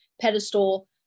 pedestal